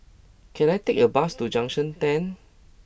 can I take a bus to Junction ten